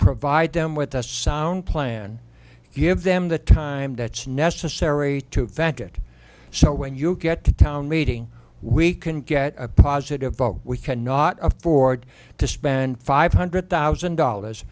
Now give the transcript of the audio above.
provide them with that sound plan give them the time that's necessary to faggot so when you get to a town meeting we can get a positive vote we cannot afford to spend five hundred thousand dollars